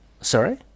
Sorry